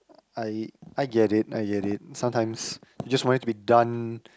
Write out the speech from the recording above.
I I get it I get it sometimes you just want it to be done